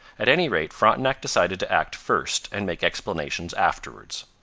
at any rate, frontenac decided to act first and make explanations afterwards.